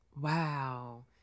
Wow